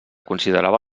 considerava